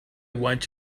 want